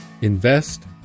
invest